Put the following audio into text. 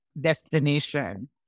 destination